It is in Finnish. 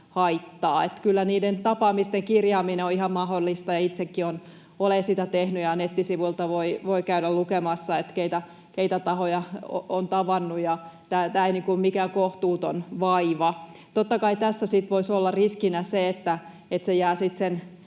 haittaa. Kyllä niiden tapaamisten kirjaaminen on ihan mahdollista, ja itsekin olen sitä tehnyt. Nettisivuilta voi käydä lukemassa, keitä tahoja on tavannut, ja tämä ei ole mikään kohtuuton vaiva. Totta kai tässä sitten voisi olla riskinä se, että se jää sitten